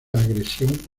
agresión